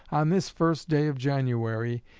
on this first day of january,